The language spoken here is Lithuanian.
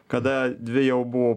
kada dvi jau buvo